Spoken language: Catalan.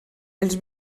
els